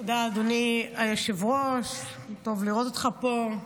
תודה, אדוני היושב-ראש, טוב לראות אותך פה.